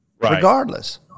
regardless